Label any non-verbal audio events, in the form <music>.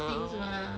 <noise>